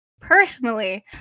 personally